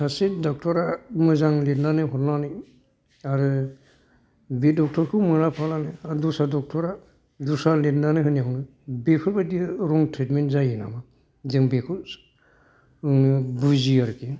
सासे डक्ट'रआ मोजां लिरनानै हरनानै आरो बे डक्ट'रखौ मोना फालानो आर दस्रा डक्ट'रआ दस्रा लिरनानै होनायावनो बेफोरबायदि रं ट्रिटमेन्ट जायो नामा जों बेखौ बुजियो आरोखि